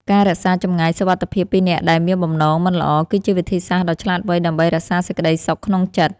ការរក្សាចម្ងាយសុវត្ថិភាពពីអ្នកដែលមានបំណងមិនល្អគឺជាវិធីសាស្ត្រដ៏ឆ្លាតវៃដើម្បីរក្សាសេចក្តីសុខក្នុងចិត្ត។